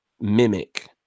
mimic